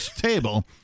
table